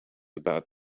about